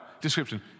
description